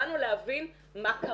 באנו להבין מה קרה.